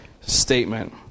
statement